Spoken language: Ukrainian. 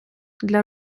для